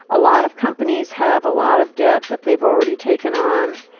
a lot of companies have a lot of debt that they've already taken on.